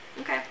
okay